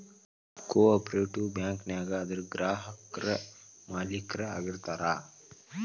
co operative bank ನ್ಯಾಗ ಅದರ್ ಗ್ರಾಹಕ್ರ ಮಾಲೇಕ್ರ ಆಗಿರ್ತಾರ